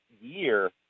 year